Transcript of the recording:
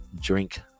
drink